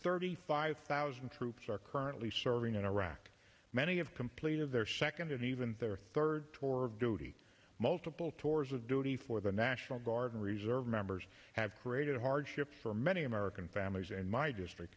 thirty five thousand troops are currently serving in iraq many have completed their second and even their third tour of duty multiple tours of duty for the national guard and reserve members have created a hardship for many american families in my district